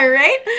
right